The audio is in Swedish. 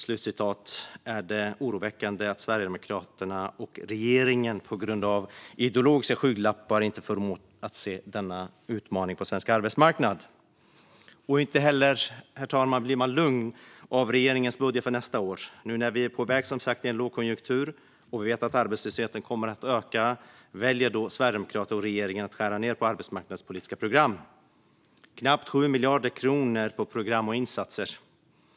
Det är oroväckande att Sverigedemokraterna och regeringen på grund av ideologiska skygglappar inte förmår att se denna utmaning på svensk arbetsmarknad. Herr talman! Inte heller blir man lugn av regeringens budget för nästa år. Nu när vi är på väg in i en lågkonjunktur och vet att arbetslösheten kommer att öka väljer Sverigedemokraterna och regeringen att skära ned på arbetsmarknadspolitiska program. Det avsätts knappt 7 miljarder kronor på program och insatser.